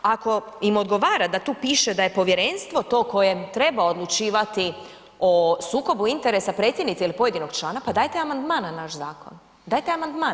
Ako im odgovara da tu piše da je povjerenstvo to koje treba odlučivati o sukobu interesa predsjednice ili pojedinog člana pa dajte amandman na naš zakon, dajte amandman.